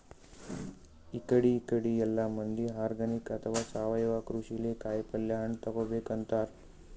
ಇಕಡಿ ಇಕಡಿ ಎಲ್ಲಾ ಮಂದಿ ಆರ್ಗಾನಿಕ್ ಅಥವಾ ಸಾವಯವ ಕೃಷಿಲೇ ಕಾಯಿಪಲ್ಯ ಹಣ್ಣ್ ತಗೋಬೇಕ್ ಅಂತಾರ್